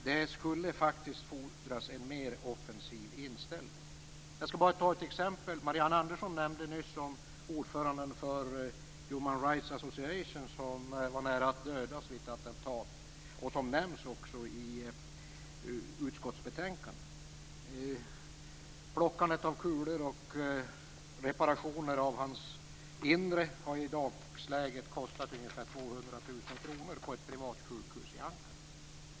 Det skulle faktiskt fordras en mer offensiv inställning. Jag skall bara ta ett exempel. Marianne Andersson nämnde nyss ordföranden för Human Rights Association, som var nära att dödas vid ett attentat och som också nämns i utskottsbetänkandet. Plockandet av kulor och reparation av hans inre har i dagsläget kostat ungefär 200 000 kr på ett privat sjukhus i Ankara.